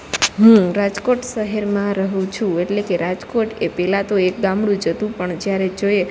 હું રાજકોટ સહેરમાં રહું છું એટલે કે રાજકોટ એ પેલા તો એક ગામડું જ હતું પણ જ્યારે જોઈએ